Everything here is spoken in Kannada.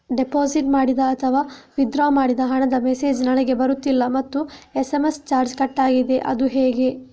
ಡೆಪೋಸಿಟ್ ಮಾಡಿದ ಅಥವಾ ವಿಥ್ಡ್ರಾ ಮಾಡಿದ ಹಣದ ಮೆಸೇಜ್ ನನಗೆ ಬರುತ್ತಿಲ್ಲ ಮತ್ತು ಎಸ್.ಎಂ.ಎಸ್ ಚಾರ್ಜ್ ಕಟ್ಟಾಗಿದೆ ಅದು ಯಾಕೆ?